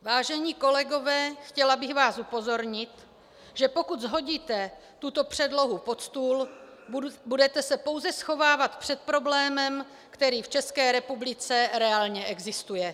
Vážení kolegové, chtěla bych vás upozornit, že pokud shodíte tuto předlohu pod stůl, budete se pouze schovávat před problémem, který v České republice reálně existuje.